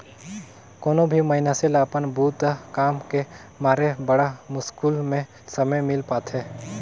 कोनो भी मइनसे ल अपन बूता काम के मारे बड़ा मुस्कुल में समे मिल पाथें